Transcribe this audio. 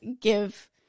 give